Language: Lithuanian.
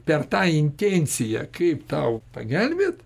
per tą intenciją kaip tau pagelbėt